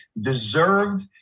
deserved